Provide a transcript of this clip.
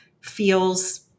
feels